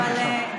בבקשה.